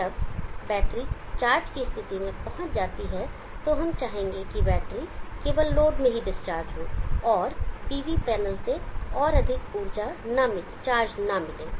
जब battery charge स्थिति में पहुंच जाती है तो हम चाहेंगे कि बैटरी केवल लोड में ही डिस्चार्ज हो और PV पैनल से और अधिक चार्ज न मिले